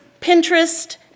Pinterest